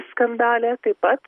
skandale taip pat